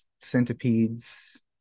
centipedes